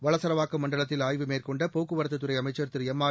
வளசரவாக்கம் மண்டலத்தில் ஆய்வு மேற்கொண்ட போக்குவரத்துத் துறை அமைச்சர் திரு எம்ஆர்